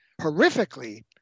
horrifically